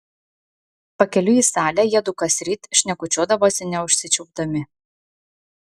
pakeliui į salę jiedu kasryt šnekučiuodavosi neužsičiaupdami